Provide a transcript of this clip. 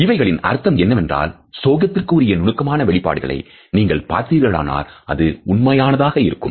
இவைகளின் அர்த்தம் என்னவென்றால் சோகத்திற்கு உரிய நுணுக்கமான வெளிப்பாடுகளை நீங்கள் பார்த்தீர்களானால் அது உண்மையானதாக இருக்கும்